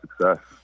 success